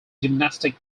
gymnastic